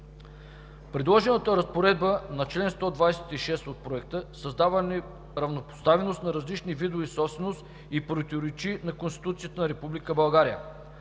Предложената разпоредба на чл. 126 от Проекта създава неравнопоставеност на различни видове собственост и противоречи на Конституцията на